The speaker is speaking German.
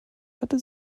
hatte